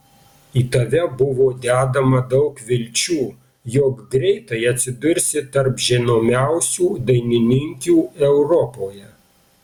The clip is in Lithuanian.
į tave buvo dedama daug vilčių jog greitai atsidursi tarp žinomiausių dainininkių europoje